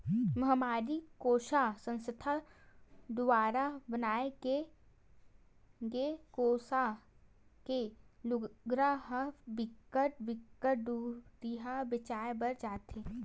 महमाया कोसा संस्था दुवारा बनाए गे कोसा के लुगरा ह बिकट बिकट दुरिहा बेचाय बर जाथे